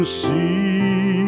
see